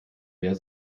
mehr